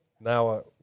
now